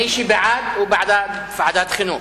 מי שבעד, הוא בעד העברה לוועדת החינוך.